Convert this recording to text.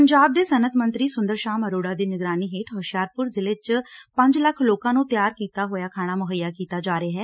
ਪੰਜਾਬ ਦੇ ਸਨੱਅਤ ਮੰਤਰੀ ਸੁੰਦਰ ਸ਼ਾਮ ਅਰੋੜਾ ਦੀ ਨਿਗਰਾਨੀ ਹੇਠ ਹੁਸ਼ਿਆਰਪੁਰ ਜ਼ਿਲ੍ਹੇ ਚ ਪੰਜ ਲੱਖ ਲੋਕਾਂ ਨੂੰ ਤਿਆਰ ਕੀਤਾ ਹੋਇਆ ਖਾਣਾ ਮੁਹੱਈਆ ਕੀਤਾ ਜਾ ਰਿਹੈ